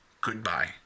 goodbye